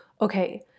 Okay